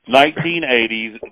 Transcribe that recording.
1980s